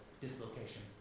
dislocation